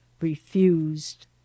refused